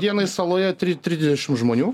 dienai saloje tri trisdešim žmonių